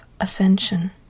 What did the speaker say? ascension